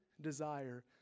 desire